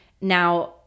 now